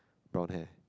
brown hair